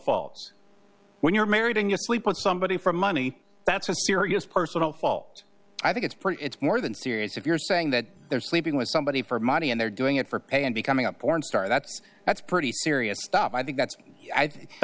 faults when you're married and yes we put somebody for money that's a serious personal fault i think it's pretty it's more than serious if you're saying that they're sleeping with somebody for money and they're doing it for pay and becoming a porn star that's that's pretty serious stuff i think that